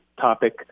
topic